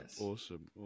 Awesome